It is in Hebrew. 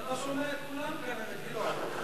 אתה לא שומע את כולם, גדעון.